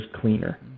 cleaner